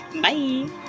Bye